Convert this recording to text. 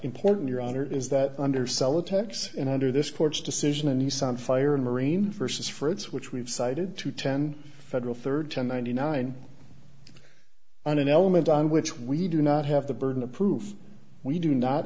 important your honor is that undersell attacks and under this court's decision and you some fire in marine versus fruits which we've cited to ten federal third to ninety nine on an element on which we do not have the burden of proof we do not